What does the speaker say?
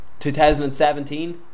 2017